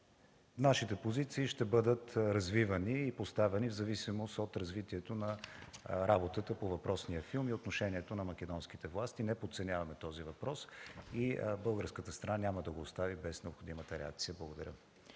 Нашите позиции ще бъдат развивани и поставяни в зависимост от развитието на работата по въпросния филм и отношението на македонските власти. Не подценяваме този въпрос и българската страна няма да го остави без необходимата реакция. Благодаря.